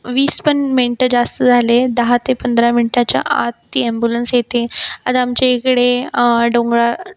वीस पन मिंटं जास्त झाले दहा ते पंधरा मिंटाच्या आत ती ॲम्बुलन्स येते आता आमचे इकडे डोंगराळ